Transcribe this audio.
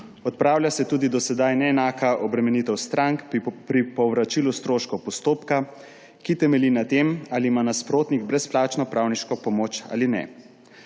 Odpravlja se tudi do sedaj neenaka obremenitev strank pri povračilu stroškov postopka, ki temelji na tem, ali ima nasprotnik brezplačno pravniško pomoč ali ne.